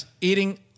eating